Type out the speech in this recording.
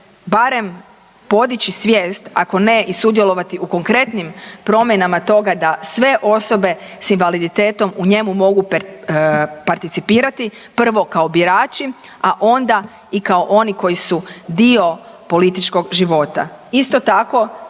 barem podići svijest ako ne i sudjelovati u konkretnim promjenama toga da sve osobe s invaliditetom u njemu mogu participirati prvo kao birači, a ona i kao oni koji su dio političkog života. Isto tako,